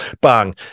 bang